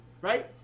right